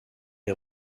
est